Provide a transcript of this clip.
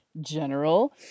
general